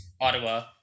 Ottawa